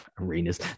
arenas